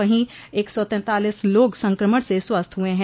वहीं एक सौ तेतालिस लोग संक्रमण से स्वस्थ हुए हैं